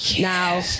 Now